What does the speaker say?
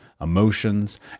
emotions